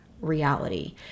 reality